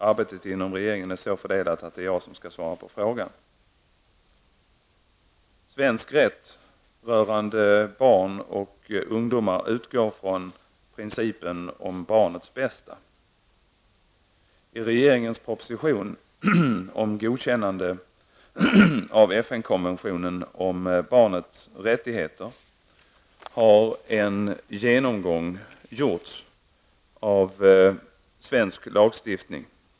Arbetet inom regeringen är så fördelat att det är jag som skall svara på interpellationen. konventionen om barnets rättigheter har en genomgång gjorts av svensk lagstiftning.